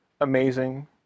amazing